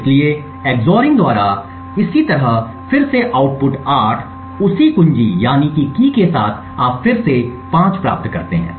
इसलिए EX ORING द्वारा इसी तरह फिर से आउटपुट 8 उसी कुंजी के साथ आप फिर से 5 प्राप्त करते हैं